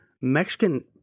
Mexican